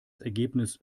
ergebnis